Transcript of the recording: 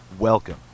Welcome